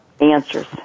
answers